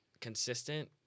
consistent